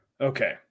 Okay